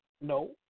No